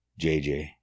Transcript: JJ